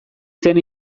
zen